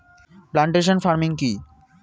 Plantation farming কি?